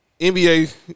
NBA